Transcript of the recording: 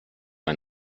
ein